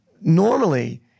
normally